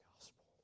gospel